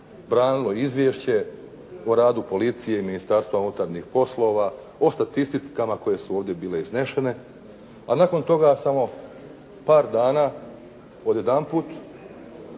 branilo izvješće o radu policije i Ministarstva unutarnjih poslova, o statistikama koje su ovdje bile iznešene, a nakon toga samo par dana odjedanput